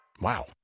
Wow